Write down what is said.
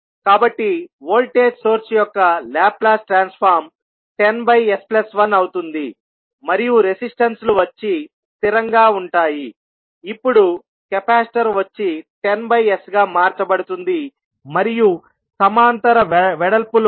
కాబట్టి voltage source యొక్క Laplace transform 10s1అవుతుంది మరియు రెసిస్టెన్స్ లు వచ్చి స్థిరంగా ఉంటాయి ఇప్పుడు కెపాసిటర్ వచ్చి 10s గా మార్చబడుతుంది మరియు సమాంతర వెడల్పులో మీకు 0